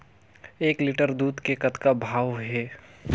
एक लिटर दूध के कतका भाव हे?